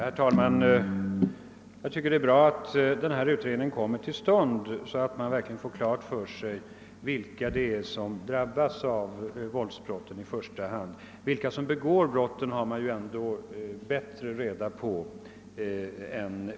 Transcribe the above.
Herr talman! Jag tycker att det är bra att den utredning som justitieministern talade om kommer till stånd så att man verkligen kan få klart för sig vilka som i första hand drabbas av våldsbrotten. Vilka som begår dem har man bättre reda på.